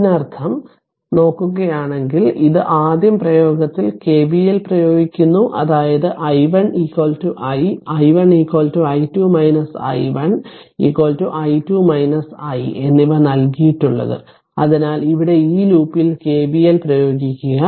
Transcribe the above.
ഇതിനർത്ഥം നോക്കുകയാണെങ്കിൽ ഇത് ആദ്യം പ്രയോഗത്തിൽ കെവിഎൽ പ്രയോഗിക്കുന്നു അതായത് i1 i i1 i2 i1 i2 i എന്നിവ നൽകിയിട്ടുള്ളത് അതിനാൽ ഇവിടെ ഈ ലൂപ്പിൽ കെവിഎൽ പ്രയോഗിക്കുക